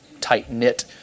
tight-knit